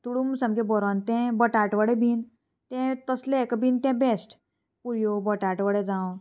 तुडूंब सामकें बरोन तें बटाटवडे बीन तें तसलें एका बीन तें बेस्ट पुरयो बटाटवडे जावं